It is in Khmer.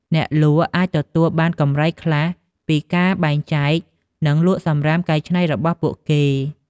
អ្នកលក់អាចទទួលបានកម្រៃខ្លះពីការបែងចែក និងលក់សំរាមកែច្នៃរបស់ពួកគេ។